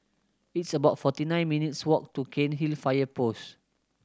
it's about forty nine minutes' walk to Cairnhill Fire Post